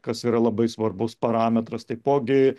kas yra labai svarbus parametras taipogi